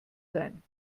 sein